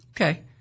Okay